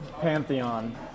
Pantheon